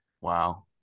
Wow